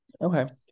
okay